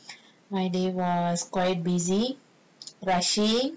my day was quite busy rushing